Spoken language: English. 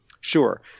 Sure